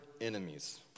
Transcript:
enemies